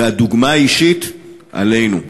והדוגמה האישית, עלינו,